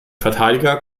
verteidiger